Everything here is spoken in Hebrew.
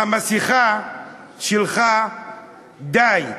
המסכה שלך די.